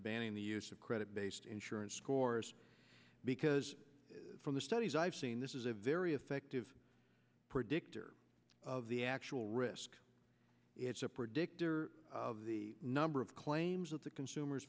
banning the use of credit based insurance scores because from the studies i've seen this is a very effective predictor of the actual risk it's a predictor of the number of claims that the consumers